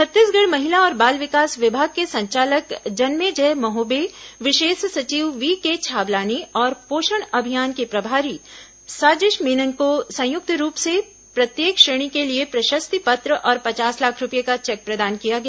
छत्तीसगढ़ महिला और बाल विकास विभाग के संचालक जन्मेजय महोबे विशेष सचिव वीके छाबलानी और पोषण अभियान के प्रभारी साजिश मेनन को संयुक्त रूप से प्रत्येक श्रेणी के लिए प्रशस्ति पत्र और पचास लाख रूपये का चेक प्रदान किया गया